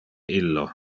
illo